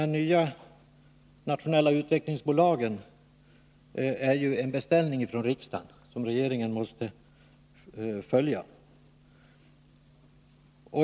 De nya nationella utvecklingsbolagen är ju en beställning från riksdagen, som regeringen måste effektuera.